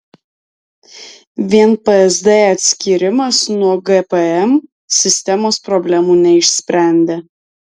vien psd atskyrimas nuo gpm sistemos problemų neišsprendė